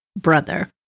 Brother